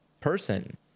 person